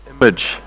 image